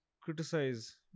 criticize